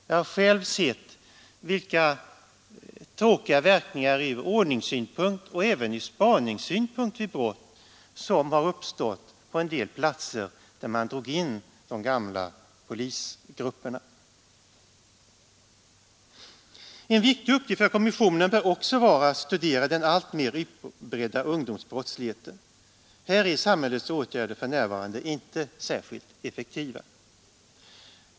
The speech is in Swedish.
Jag har själv sett vilka tråkiga verkningar ur ordningssynpunkt och även med hänsyn till spaning vid brott som uppstått på en del platser där man dragit in de gamla polisgrupperna. En viktig uppgift för kommissionen bör också vara att studera den alltmer utbredda ungdomsbrottsligheten. Här är samhällets åtgärder för närvarande inte särskilt effektiva.